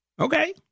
Okay